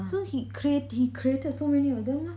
so he creat~ he created so many of them lah